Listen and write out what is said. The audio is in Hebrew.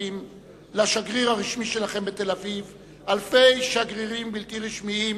מצטרפים לשגריר הרשמי שלכם בתל-אביב אלפי שגרירים בלתי רשמיים,